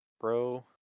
Bro